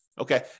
Okay